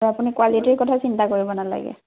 বা আপুনি কোৱালিটিৰ কথা চিন্তা কৰিব নালাগে